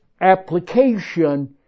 application